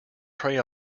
prey